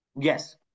yes